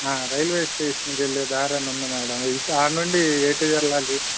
railway స్టేషన్కు వెళ్లే దారి అని ఉంది మేడం ఇ ఆడ నుండి ఎటు వెళ్ళాలి